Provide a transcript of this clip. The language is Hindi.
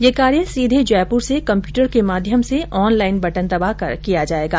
ये कार्य सीधे जयपुर से कम्प्यूटर के माध्यम से ऑनलाईन बटन दबाकर किया जाएगा